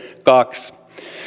kaksi